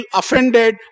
offended